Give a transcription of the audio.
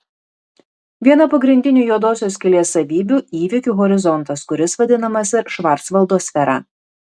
viena pagrindinių juodosios skylės savybių įvykių horizontas kuris vadinamas ir švarcvaldo sfera